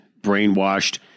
brainwashed